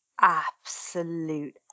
absolute